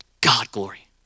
God-glory